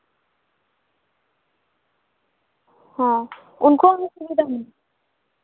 ᱦᱚᱸ ᱩᱱᱠᱩ